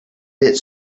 bit